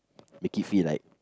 make it feel like